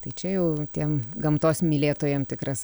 tai čia jau tiem gamtos mylėtojam tikras